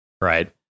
right